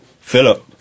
Philip